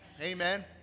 Amen